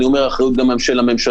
אני אומר שהאחריות היא גם של הממשלה.